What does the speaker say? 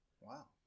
Wow